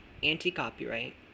anti-copyright